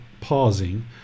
pausing